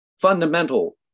fundamental